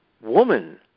Woman